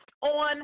on